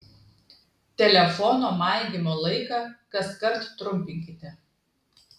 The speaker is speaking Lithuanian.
telefono maigymo laiką kaskart trumpinkite